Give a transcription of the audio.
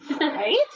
right